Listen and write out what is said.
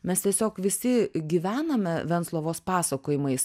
mes tiesiog visi gyvename venclovos pasakojimais